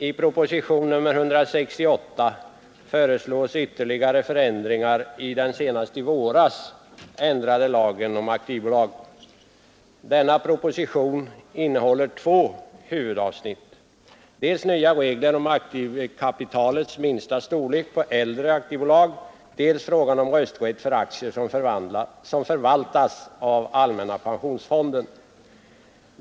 I propositionen 168 föreslås ytterligare förändringar i den senast i våras ändrade lagen om aktiebolag. Denna proposition innehåller två huvudavsnitt — dels föreslås nya regler om aktiekapitalets minsta storlek för äldre aktiebolag, dels behandlas frågan om rösträtten för aktier som förvaltas av allmänna pensionsfonden.